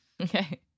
Okay